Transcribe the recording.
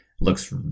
looks